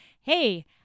Hey